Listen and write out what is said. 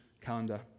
calendar